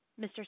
Mr